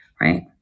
right